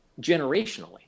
generationally